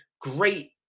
great